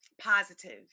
positive